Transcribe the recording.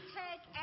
take